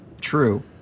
True